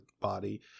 body